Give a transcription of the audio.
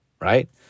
right